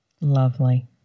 Lovely